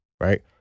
right